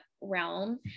realm